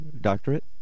doctorate